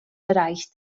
bereich